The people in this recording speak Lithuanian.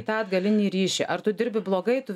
tą atgalinį ryšį ar tu dirbi blogai tu